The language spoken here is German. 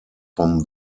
vom